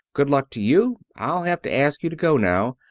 good luck to you. i'll have to ask you to go now.